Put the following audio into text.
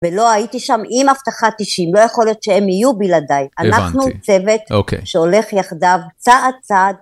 ולא הייתי שם עם אבטחת אישים, לא יכול להיות שהם יהיו בלעדיי. -הבנתי. -אנחנו צוות שהולך יחדיו צעד צעד.